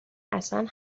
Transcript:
اصلن